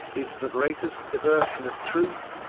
is the greatest perversion of truth,